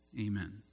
Amen